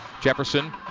Jefferson